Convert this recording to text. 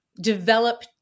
develop